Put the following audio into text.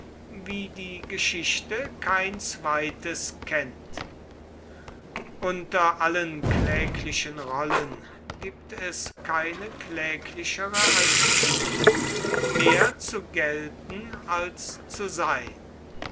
wie die geschichte kein zweites kennt unter allen kläglichen rollen gibt es keine kläglichere als die mehr zu gelten als zu sein